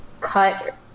cut